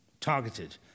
Targeted